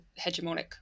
hegemonic